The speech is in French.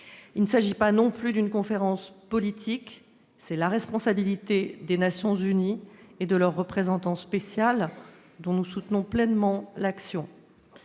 Il ne s'agit pas non plus d'une conférence politique, une telle responsabilité revenant aux Nations unies et à leur représentant spécial, dont nous soutenons pleinement l'action.